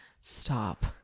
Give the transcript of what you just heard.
Stop